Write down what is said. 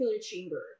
chamber